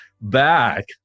back